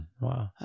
wow